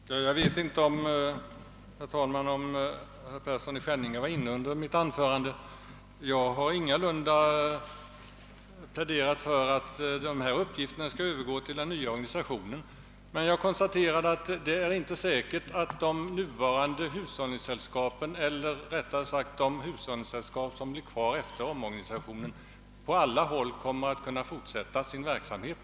Herr talman! Jag vet inte om herr Persson i Skänninge var inne i kammaren under mitt anförande. Om så var fallet borde han hört att jag ingalunda har pläderat för att uppgifterna på villaträdgårdsområdet skall övergå till den nya organisationen. Jag konstaterade bara att det inte är säkert att de hushållningssällskap som blir kvar efter omorganisationen på alla håll kommer att kunna fortsätta sin verksamhet.